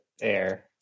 air